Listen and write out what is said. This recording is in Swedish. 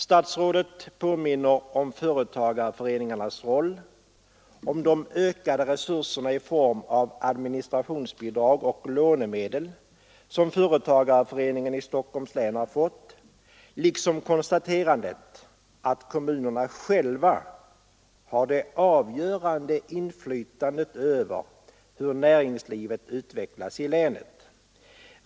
Statsrådet påminner om företagarföreningarnas roll och de ökade resurserna i form av administrationsbidrag och lånemedel som företagarföreningen i Stockholms län har fått, och han konstaterar att kommunerna själva har det avgörande inflytandet över hur näringslivet utvecklas i länet.